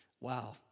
Wow